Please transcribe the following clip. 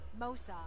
mosa